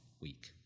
week